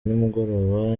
nimugoroba